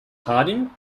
harding